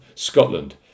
Scotland